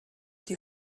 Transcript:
die